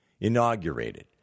inaugurated